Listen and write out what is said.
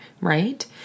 right